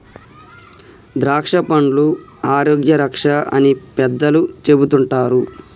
ద్రాక్షపండ్లు ఆరోగ్య రక్ష అని పెద్దలు చెపుతుంటారు